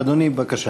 אדוני, בבקשה.